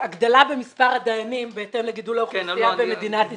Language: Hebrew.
ההגדלה במס' הדיינים בהתאם לגידול האוכלוסייה במדינת ישראל.